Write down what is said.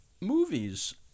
movies